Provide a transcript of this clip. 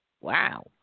wow